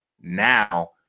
Now